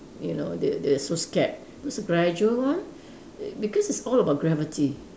you know they're they're so scared those gradual one because it's all about gravity